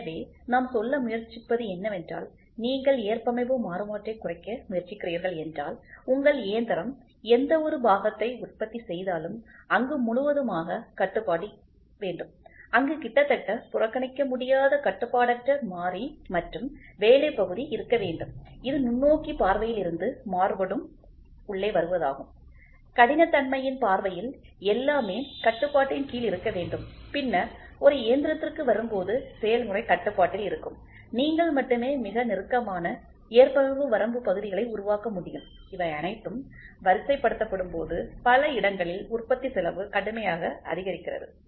எனவே நாம் சொல்ல முயற்சிப்பது என்னவென்றால் நீங்கள் ஏற்பமைவு மாறுபாட்டைக் குறைக்க முயற்சிக்கிறீர்கள் என்றால் உங்கள் இயந்திரம் எந்தவொரு பாகத்தை உற்பத்தி செய்தாலும் அங்கு முழுவதுமாகக் கட்டுப்பாடு வேண்டும் அங்கு கிட்டத்தட்ட புறக்கணிக்க முடியாத கட்டுப்பாடற்ற மாறி மற்றும் வேலை பகுதி இருக்க வேண்டும் இது நுண்ணோக்கி பார்வையில் இருந்து மாறுபடும் உள்ளே வருவதாகும் கடினத்தன்மையின் பார்வையில் எல்லாமே கட்டுப்பாட்டின் கீழ் இருக்க வேண்டும் பின்னர் ஒரு இயந்திரத்திற்கு வரும்போது செயல்முறை கட்டுப்பாட்டில் இருக்கும் நீங்கள் மட்டுமே மிக நெருக்கமான ஏற்பமைவு வரம்பு பகுதிகளை உருவாக்க முடியும் இவை அனைத்தும் வரிசைப்படுத்தப்படும்போது பல இடங்களில் உற்பத்தி செலவு கடுமையாக அதிகரிக்கிறது